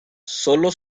solo